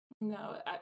No